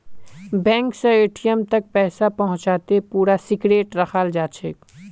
bank स ATM तक पैसा पहुंचाते पूरा सिक्रेट रखाल जाछेक